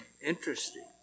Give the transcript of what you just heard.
interesting